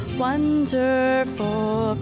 wonderful